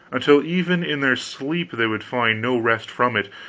until even in their sleep they would find no rest from it,